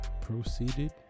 proceeded